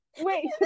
Wait